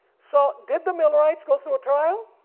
so did the millerites go through a trial?